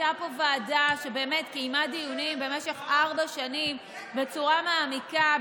הייתה פה ועדה שקיימה דיונים במשך ארבע שנים בצורה מעמיקה,